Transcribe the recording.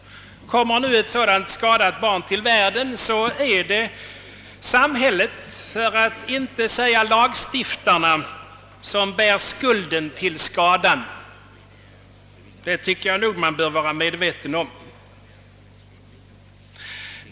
Kommer nu ett sådant skadat barn till världen är det samhället, för att inte säga lagstiftarna, som bär skulden till skadan — det tycker jag man bör vara medweten om.